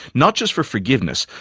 not just for forgiveness,